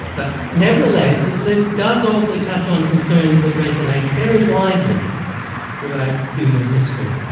but nevertheless, his list does also touch on concerns that resonate very widely throughout human history.